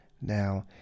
Now